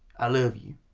i love you.